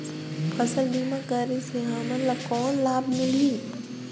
फसल बीमा करे से हमन ला कौन लाभ मिलही?